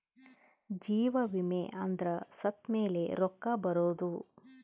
ಜೀವ ವಿಮೆ ಅಂದ್ರ ಸತ್ತ್ಮೆಲೆ ರೊಕ್ಕ ಬರೋದು